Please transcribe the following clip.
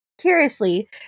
Curiously